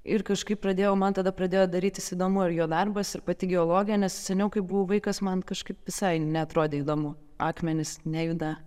ir kažkaip pradėjau man tada pradėjo darytis įdomu ir jo darbas ir pati geologija nes seniau kai buvau vaikas man kažkaip visai neatrodė įdomu akmenys nejuda